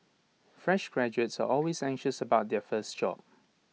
fresh graduates are always anxious about their first job